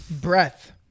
Breath